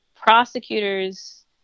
prosecutors